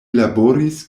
laboris